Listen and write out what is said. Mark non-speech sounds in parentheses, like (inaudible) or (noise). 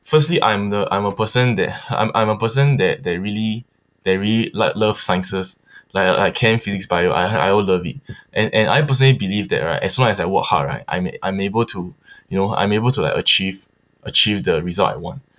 firstly I'm the I'm a person that I'm I'm a person that that really that really like love sciences like (breath) like chem physics bio I all I all love it (breath) and and I personally believe that right as long as I work hard right I'm I'm able to (breath) you know I'm able to achieve achieve the result that I want